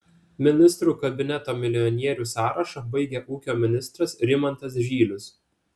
ministrų kabineto milijonierių sąrašą baigia ūkio ministras rimantas žylius